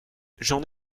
j’en